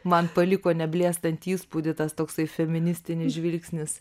man paliko neblėstantį įspūdį tas toksai feministinis žvilgsnis